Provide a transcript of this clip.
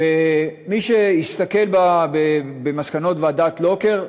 מי שהסתכל במסקנות ועדת לוקר,